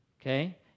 Okay